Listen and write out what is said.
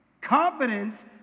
Confidence